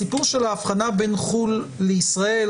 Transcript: הסיפור של ההבחנה בין חו"ל לישראל,